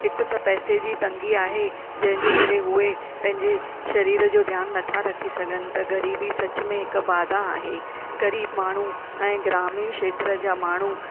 हिकु त पैसे जी तंगी आहे जंहिंजे करे हुए पैंजे शरीरु जो ध्यानु नथा रखी सघनि त ग़रीबी सच में हिकु बाधा आहे ग़रीब माण्हू ऐं ग्रामीण खेत्र जा माण्हू